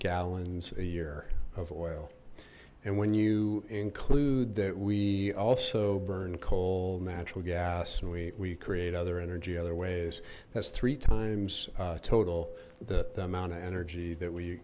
gallons a year of oil and when you include that we also burn coal natural gas and we create other energy other ways that's three times total that the amount of energy that we